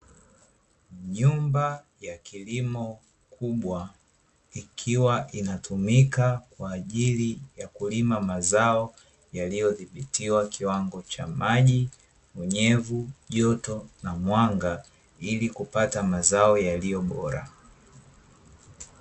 Nyumba ya kilimo kubwa, ikiwa inatumika kwa ajili kulima mazao yaliyodhibitiwa kiwango cha maji, unyevu, joto na mwanga. Ili kupata mazao yaliyo bora.